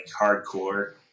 hardcore